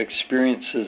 experiences